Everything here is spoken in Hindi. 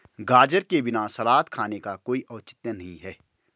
गाजर के बिना सलाद खाने का कोई औचित्य नहीं है